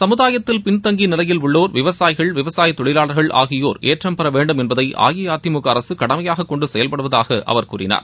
சமுதாயத்தில் பின் தங்கிய நிலையில் உள்ளோர் விவசாயிகள் விவசாய தொழிலாளர்கள் ஆகியோர் ஏற்றம் பெறவேண்டும் என்பதை அஇஅதிமுக அரசு கடமையாக கொண்டு செயல்படுவதாக அவர் கூறினார்